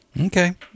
Okay